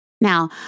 Now